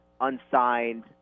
unsigned